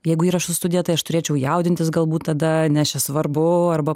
jeigu įrašų studija tai aš turėčiau jaudintis galbūt tada nes čia svarbu arba